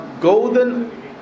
golden